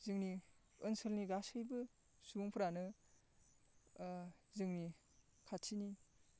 जोंनि ओनसोलनि गासैबो सुबुंफोरानो ओ जोंनि खाथिनि